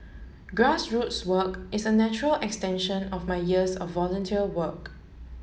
grassroots work is a natural extension of my years of volunteer work